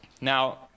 Now